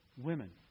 Women